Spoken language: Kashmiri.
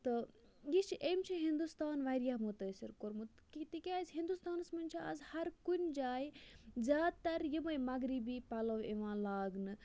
تہٕ یہِ چھِ أمۍ چھُ ہِندوستان واریاہ مُتٲثِر کوٚرمُت تکیاز ہِندوستانَس مَنٛز چھُ آز ہر کُنہِ جایہِ زیادٕ تَر یِمے مَغرِبی پَلَو یِوان لاگنہٕ